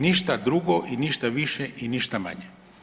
Ništa drugo i ništa više i ništa manje.